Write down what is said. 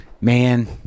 man